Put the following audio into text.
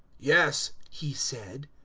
yes, he said.